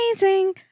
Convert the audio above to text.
amazing